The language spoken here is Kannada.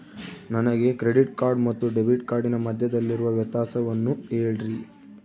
ನನಗೆ ಕ್ರೆಡಿಟ್ ಕಾರ್ಡ್ ಮತ್ತು ಡೆಬಿಟ್ ಕಾರ್ಡಿನ ಮಧ್ಯದಲ್ಲಿರುವ ವ್ಯತ್ಯಾಸವನ್ನು ಹೇಳ್ರಿ?